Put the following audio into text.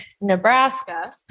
Nebraska